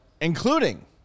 Including